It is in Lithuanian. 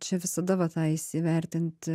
čia visada va tą įsivertinti